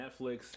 Netflix